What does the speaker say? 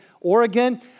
Oregon